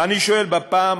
אני שואל בפעם